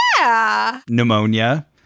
pneumonia